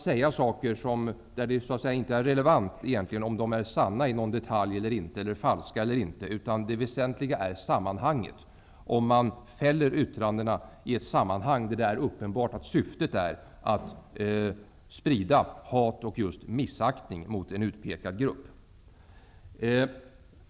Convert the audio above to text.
Det är egentligen inte relevant om uttalandena är sanna eller falska, utan det väsentliga är sammanhanget, dvs. om yttrandet fälls i ett sammanhang där det är uppenbart att syftet är att sprida hat och just missaktning mot en utpekad grupp.